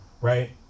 right